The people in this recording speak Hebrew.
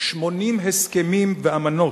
80 הסכמים ואמנות,